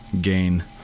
gain